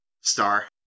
Star